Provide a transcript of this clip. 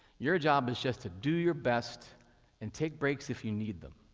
your job is just to do your best and take breaks if you need them.